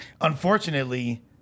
unfortunately